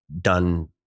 done